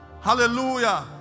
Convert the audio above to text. Hallelujah